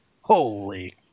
Holy